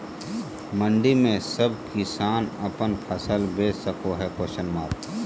मंडी में सब किसान अपन फसल बेच सको है?